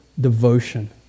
devotion